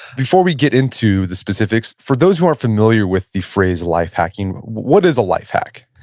before we get into the specifics, for those who aren't familiar with the phrase life hacking, what is a life hack?